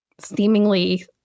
seemingly